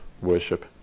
worship